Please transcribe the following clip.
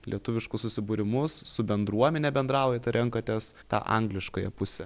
lietuviškus susibūrimus su bendruomene bendraujat ar renkatės tą angliškąją pusę